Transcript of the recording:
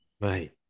Right